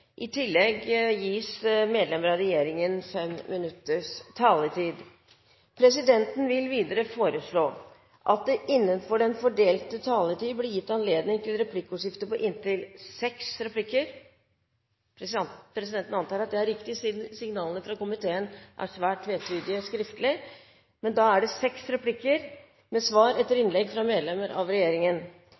I tillegg gis medlemmer av regjeringen 5 minutters taletid. Videre vil presidenten foreslå at det blir gitt anledning til replikkordskifte med inntil seks replikker med svar etter innlegg fra medlemmer av regjeringen innenfor den fordelte taletid. Presidenten antar at det er riktig, siden signalene fra komiteen skriftlig er svært tvetydige. Videre blir det